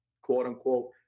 quote-unquote